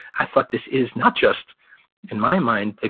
i thought, this is, not just in my mind,